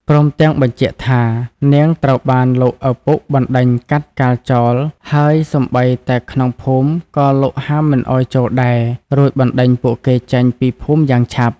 ព្រមទាំងបញ្ជាក់ថានាងត្រូវបានលោកឪពុកបណ្ដេញកាត់កាល់ចោលហើយសូម្បីតែក្នុងភូមិក៏លោកហាមមិនឲ្យចូលដែរ រួចបណ្ដេញពួកគេចេញពីភូមិយ៉ាងឆាប់។